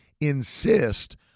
insist